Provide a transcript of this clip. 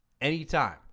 anytime